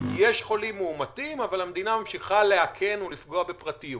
יש חולים מאומתים אבל המדינה ממשיכה לאכן ולפגוע בפרטיות.